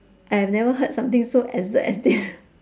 I have never heard something so absurd as this